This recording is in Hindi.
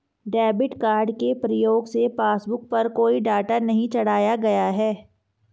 डेबिट कार्ड के प्रयोग से पासबुक पर कोई डाटा नहीं चढ़ाया गया है